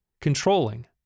controlling